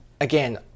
again